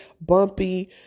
bumpy